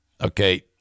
Okay